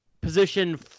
position—